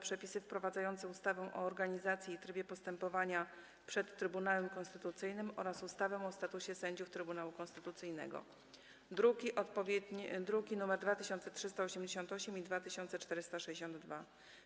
Przepisy wprowadzające ustawę o organizacji i trybie postępowania przed Trybunałem Konstytucyjnym oraz ustawę o statusie sędziów Trybunału Konstytucyjnego (druki nr 2388 i 2426)